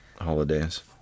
holidays